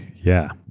yeah,